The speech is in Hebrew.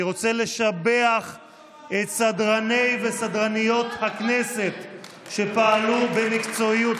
אני רוצה לשבח את סדרני וסדרניות הכנסת שפעלו במקצועיות,